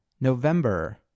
November